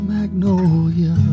Magnolia